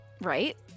Right